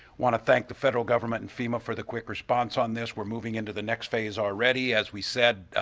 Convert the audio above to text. want to thank the federal government and fema for the quick response on this. we're moving into the next phase already, as we said,